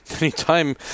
anytime